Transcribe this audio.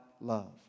love